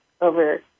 over